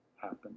happen